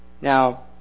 Now